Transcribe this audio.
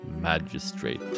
Magistrate